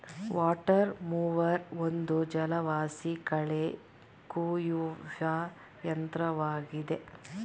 water mower ಒಂದು ಜಲವಾಸಿ ಕಳೆ ಕುಯ್ಯುವ ಯಂತ್ರವಾಗಿದೆ